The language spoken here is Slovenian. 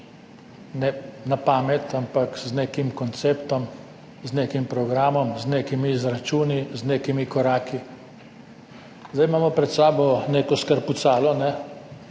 Ne na pamet, ampak z nekim konceptom, z nekim programom, z nekimi izračuni, z nekimi koraki. Zdaj imamo pred sabo neko skrpucalo, v